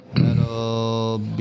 Metal